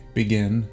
begin